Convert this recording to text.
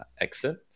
exit